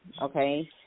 Okay